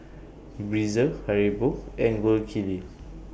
Breezer Haribo and Gold Kili